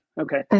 Okay